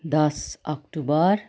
दस अक्टोबर